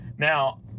Now